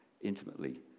intimately